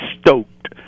stoked